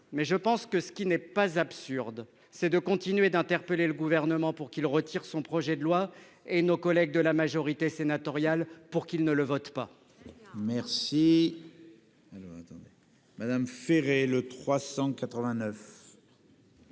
absurdes, mais il n'est pas absurde de continuer d'interpeller le Gouvernement, pour qu'il retire son projet de loi, et nos collègues de la majorité sénatoriale, pour qu'ils ne le votent pas.